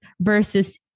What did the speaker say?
versus